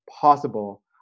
possible